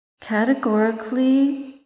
categorically